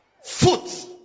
Foot